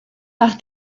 par